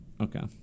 Okay